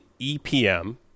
EPM